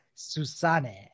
Susanne